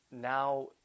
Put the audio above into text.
now